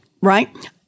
right